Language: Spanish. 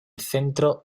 centro